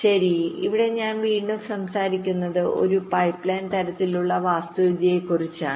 ശരി ഇവിടെ നമ്മൾ വീണ്ടും സംസാരിക്കുന്നത് ആ പൈപ്പ്ലൈൻ തരത്തിലുള്ള വാസ്തുവിദ്യയെക്കുറിച്ചാണ്